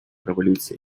революція